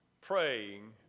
praying